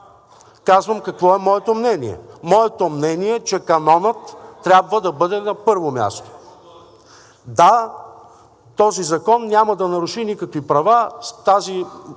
Казвам какво е моето мнение! Моето мнение е, че канонът трябва да бъде на първо място. (Шум и реплики.) Да, този закон няма да наруши никакви права